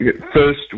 first